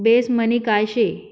Base money काय शे?